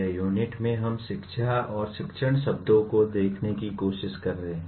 यह यूनिट मैं हम शिक्षा और शिक्षण शब्द को देखने की कोशिश कर रहे हैं